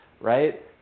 right